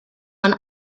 ond